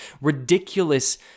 ridiculous